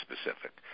specific